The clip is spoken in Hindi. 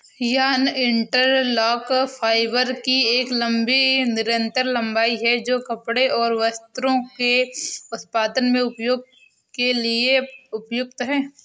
यार्न इंटरलॉक फाइबर की एक लंबी निरंतर लंबाई है, जो कपड़े और वस्त्रों के उत्पादन में उपयोग के लिए उपयुक्त है